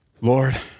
Lord